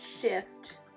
shift